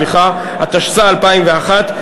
התשס"א 2001,